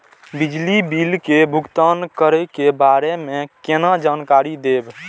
बिजली बिल के भुगतान करै के बारे में केना जानकारी देब?